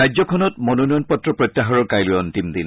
ৰাজ্যখনত মনোয়ন পত্ৰ প্ৰত্যাহাৰ কাইলৈ অন্তিম দিন